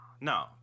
No